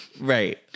Right